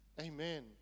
Amen